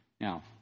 Now